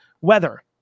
weather